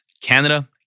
Canada